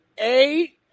eight